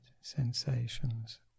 sensations